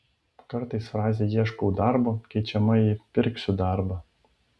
kartais frazė ieškau darbo keičiama į pirksiu darbą